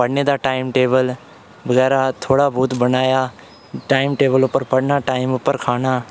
पढ़ने दा time table बगैरा थोह्ड़ा बहुत बनाया टाईम टेबल उप्पर पढ़ना ते टाईम उप्पर खाना